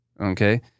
okay